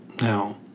Now